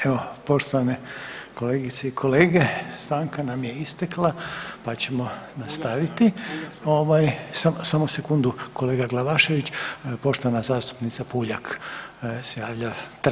Evo poštovane kolegice i kolege, stanka nam je istekla, pa ćemo nastaviti ovaj, samo sekundu kolega Glavašević, poštovana zastupnica Puljak se javlja.